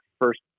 first